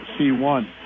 C1